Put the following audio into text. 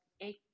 eight